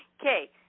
Okay